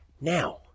Now